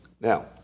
Now